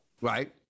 Right